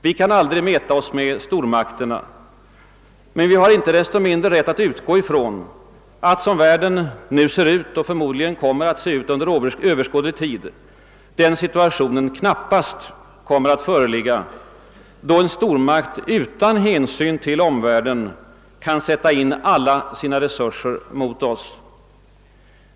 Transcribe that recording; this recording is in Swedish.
Vi kan aldrig mäta oss med stormakterna, men vi har inte desto mindre rätt att utgå från att, som världen nu ser ut och förmodligen kommer att se ut under överskådlig tid, den situationen knappast kommer att föreligga, då en stormakt utan hänsyn till omvärlden kan sätta in alla sina resurser mot oss.